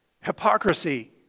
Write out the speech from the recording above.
Hypocrisy